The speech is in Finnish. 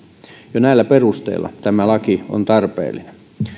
jo näillä perusteilla tämä laki on tarpeellinen